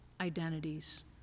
identities